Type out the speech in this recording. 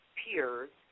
peers